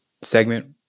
segment